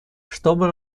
чтобы